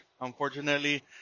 unfortunately